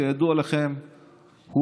כידוע לכם,